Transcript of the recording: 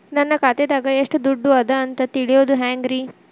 ನನ್ನ ಖಾತೆದಾಗ ಎಷ್ಟ ದುಡ್ಡು ಅದ ಅಂತ ತಿಳಿಯೋದು ಹ್ಯಾಂಗ್ರಿ?